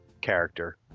character